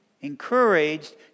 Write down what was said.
encouraged